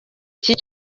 iki